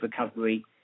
recovery